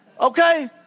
Okay